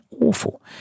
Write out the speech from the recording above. awful